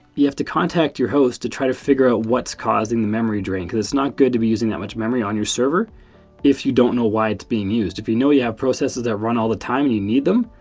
you have to contact your host to try to figure out what's causing the memory drain because it's not good to be using that much memory on your server if you don't know why it's being used. if you know you have processes that run all the time and you need them,